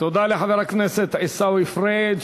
תודה לחבר הכנסת עיסאווי פריג'.